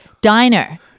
diner